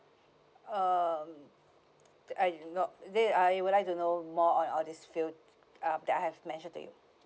um I know they I would like to know more on all these fill uh that I have mention to you